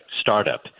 startup